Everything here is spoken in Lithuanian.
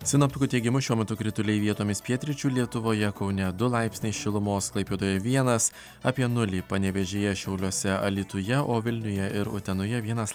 sinoptikų teigimu šiuo metu krituliai vietomis pietryčių lietuvoje kaune du laipsniai šilumos klaipėdoje vienas apie nulį panevėžyje šiauliuose alytuje o vilniuje ir utenoje vienas